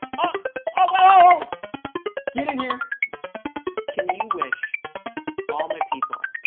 ah oh get in here can you wish all my people